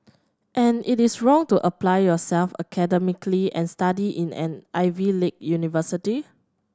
and it is wrong to apply yourself academically and study in an Ivy league university